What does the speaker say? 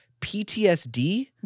PTSD